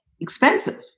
expensive